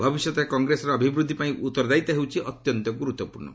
ଭବିଷ୍ୟତରେ କଂଗ୍ରେସର ଅଭିବୃଦ୍ଧି ପାଇଁ ଉତ୍ତରଦାୟିତା ହେଉଛି ଅତ୍ୟନ୍ତ ଗୁରୁତ୍ୱପୂର୍ଣ୍ଣ